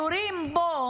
יורים בו,